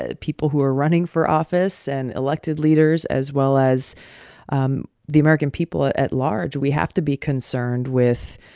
ah people who are running for office and elected leaders as well as um the american people at large, we have to be concerned with